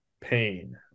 pain